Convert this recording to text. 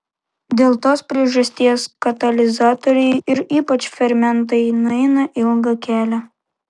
dėl tos priežasties katalizatoriai ir ypač fermentai nueina ilgą kelią